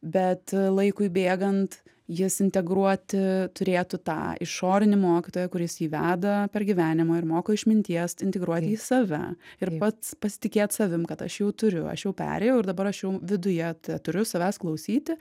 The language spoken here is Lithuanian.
bet laikui bėgant jis integruoti turėtų tą išorinį mokytoją kuris jį veda per gyvenimą ir moko išminties integruoti į save ir pats pasitikėt savim kad aš jau turiu aš jau perėjau ir dabar aš jau viduje teturiu savęs klausyti